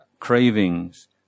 cravings